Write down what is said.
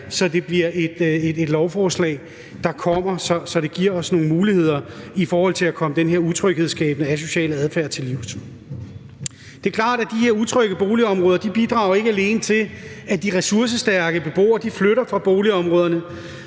det her til et lovforslag, så det giver os nogle muligheder i forhold til at komme den utryghedsskabende og asociale adfærd til livs. Det er klart, at utrygheden i de her boligområder ikke alene bidrager til, at de ressourcestærke beboere flytter fra boligområderne;